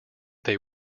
they